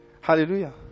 Hallelujah